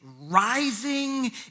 rising